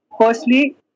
Firstly